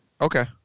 Okay